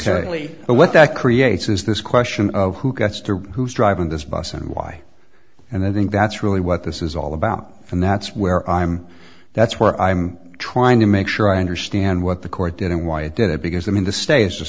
clearly what that creates is this question of who gets to who's driving this bus and why and i think that's really what this is all about and that's where i'm that's where i'm trying to make sure i understand what the court did and why it did it because i mean the sta